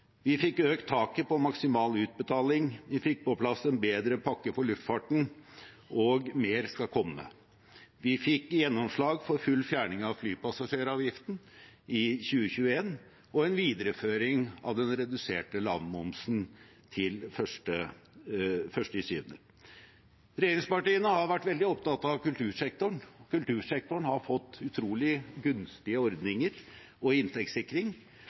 vi fikk økt taket på maksimal utbetaling, vi fikk på plass en bedre pakke for luftfarten – og mer skal komme. Vi fikk gjennomslag for full fjerning av flypassasjeravgiften i 2021 og en videreføring av den reduserte lavmomsen til 1. juli. Regjeringspartiene har vært veldig opptatt av kultursektoren. Kultursektoren har fått utrolig gunstige ordninger og inntektssikring.